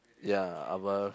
ya above